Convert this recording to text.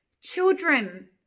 children